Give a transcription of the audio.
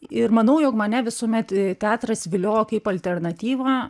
ir manau jog mane visuomet teatras viliojo kaip alternatyva